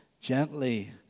gently